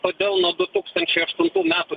todėl nuo du tūkstančiai aštuntų metų